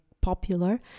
popular